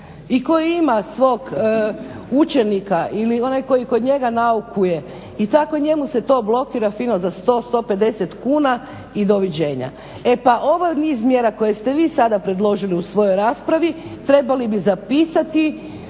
i koji ima svog učenika ili onaj koji kod njega naukuje i tako njemu se to blokira fino za 100, 150 kuna i doviđenja. E pa ovo je niz mjere koje ste vi sada predložili u svojoj raspravi trebali bi zapisati